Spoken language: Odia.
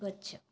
ଗଛ